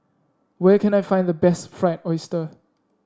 where can I find the best Fried Oyster